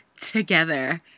together